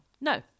No